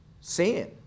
Sin